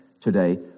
today